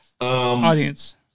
Audience